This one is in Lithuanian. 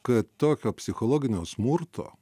kad tokio psichologinio smurto